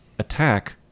attack